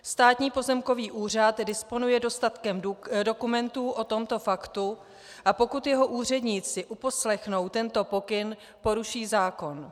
Státní pozemkový úřad disponuje dostatkem dokumentů o tomto faktu, a pokud jeho úředníci uposlechnou tento pokyn, poruší zákon.